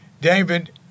David